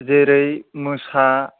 जेरै मोसा